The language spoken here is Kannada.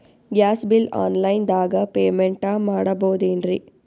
ಗ್ಯಾಸ್ ಬಿಲ್ ಆನ್ ಲೈನ್ ದಾಗ ಪೇಮೆಂಟ ಮಾಡಬೋದೇನ್ರಿ?